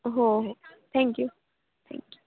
हो हो thank you thank you